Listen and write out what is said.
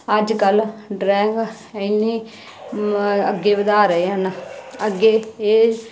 ਅੱਜ ਕੱਲ੍ਹ ਡਰਾਇੰਗ ਇੰਨੀ ਅੱਗੇ ਵਧਾ ਰਹੇ ਹਨ ਅੱਗੇ ਇਹ